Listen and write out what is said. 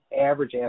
average